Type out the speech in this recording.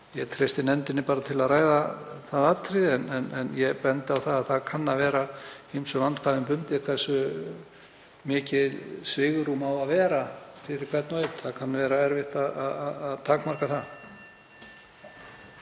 Ég treysti nefndinni til að ræða það atriði. En ég bendi á að það kann að vera ýmsum vandkvæðum bundið hversu mikið svigrúm á að vera fyrir hvern og einn. Það kann að vera erfitt að takmarka það.